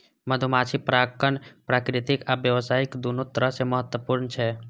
मधुमाछी परागण प्राकृतिक आ व्यावसायिक, दुनू तरह सं महत्वपूर्ण छै